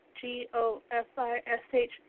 G-O-F-I-S-H